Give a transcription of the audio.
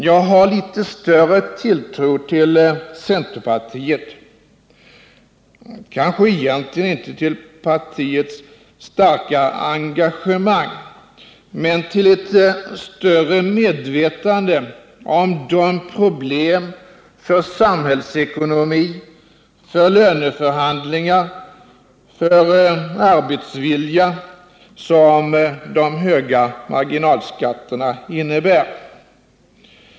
Jag har litet större tilltro till centerpartiet — kanske egentligen inte till partiets starka engagemang men till ett större medvetande om de problem för samhällsekonomi, för löneförhandlingar, för arbetsvilja som de höga marginalskatterna innebär.